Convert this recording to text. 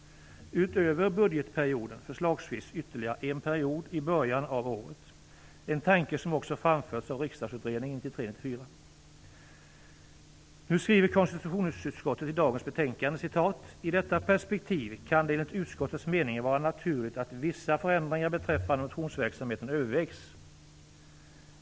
Utöver budgetperioden kan det förslagsvis ligga ytterligare en period i början av året. Det är en tanke som också framförts av Riksdagsutredningen 1993/94. Nu skriver konstitutionsutskottet i dagens betänkande följande: "I detta perspektiv kan det enligt utskottets mening vara naturligt att vissa förändringar beträffande motionsverksamheten övervägs."